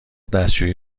دستشویی